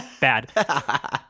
bad